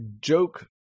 joke